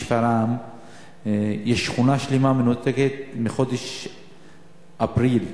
בשפרעם יש שכונה שלמה שמנותקת מחודש אפריל,